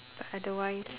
otherwise